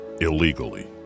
illegally